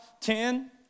ten